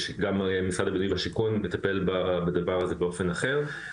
גם משרד הבינוי והשיכון מטפל בדבר הזה באופן אחר.